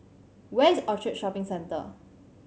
where is Orchard Shopping Centre